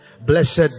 blessed